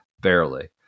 barely